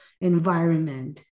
environment